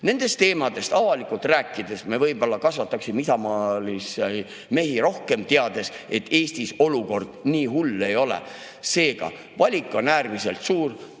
Nendest teemadest avalikult rääkides me võib-olla kasvataksime isamaalisi mehi rohkem. Me teame, et Eestis olukord nii hull ei ole. Seega, valik on äärmiselt suur,